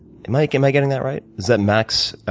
and like am i getting that right? is that max,